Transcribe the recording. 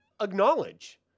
acknowledge